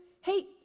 hey